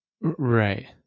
Right